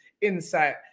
insight